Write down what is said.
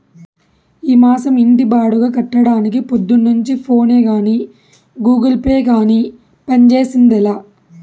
ఈ మాసం ఇంటి బాడుగ కట్టడానికి పొద్దున్నుంచి ఫోనే గానీ, గూగుల్ పే గానీ పంజేసిందేలా